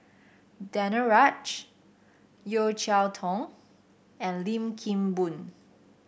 Danaraj Yeo Cheow Tong and Lim Kim Boon